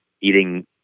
eating